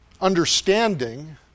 understanding